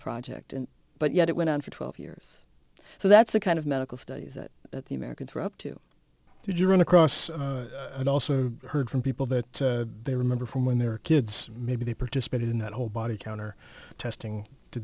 project but yet it went on for twelve years so that's the kind of medical studies that the americans were up to did you run across and also heard from people that they remember from when they were kids maybe they participated in that whole body counter testing